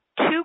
two